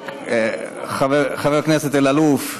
חבר הכנסת אלאלוף,